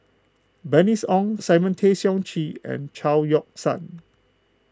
Bernice Ong Simon Tay Seong Chee and Chao Yoke San